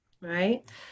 right